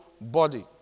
body